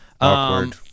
Awkward